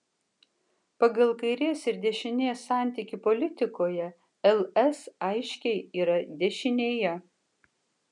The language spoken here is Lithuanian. pagal kairės ir dešinės santykį politikoje ls aiškiai yra dešinėje